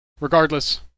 Regardless